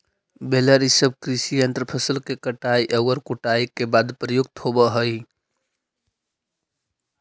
baler इ सब कृषि यन्त्र फसल के कटाई औउर कुटाई के बाद प्रयुक्त होवऽ हई